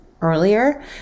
earlier